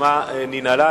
הרשימה ננעלה.